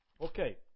okay